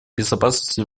безопасности